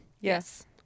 Yes